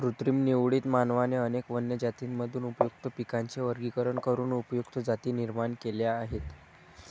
कृत्रिम निवडीत, मानवाने अनेक वन्य जातींमधून उपयुक्त पिकांचे वर्गीकरण करून उपयुक्त जाती निर्माण केल्या आहेत